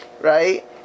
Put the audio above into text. Right